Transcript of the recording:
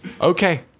Okay